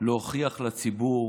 ולהוכיח לציבור